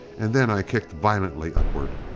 and then i kicked violently upward.